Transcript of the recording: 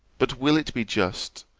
but will it be just,